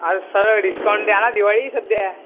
आरं sir discount द्या ना दिवाळी सध्या